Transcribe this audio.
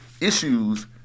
Issues